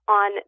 on